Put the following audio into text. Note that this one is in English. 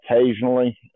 occasionally